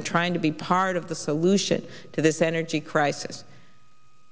they're trying to be part of the solution to this energy crisis